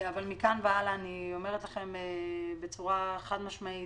מכאן והלאה אני אומרת לכם בצורה חד-משמעית